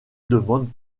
demande